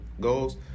goals